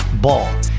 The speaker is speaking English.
Ball